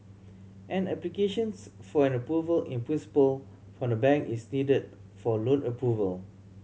an applications for an Approval in Principle from the bank is needed for loan approval